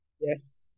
Yes